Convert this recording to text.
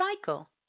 cycle